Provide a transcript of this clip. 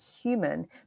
human